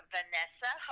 Vanessa